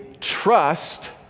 trust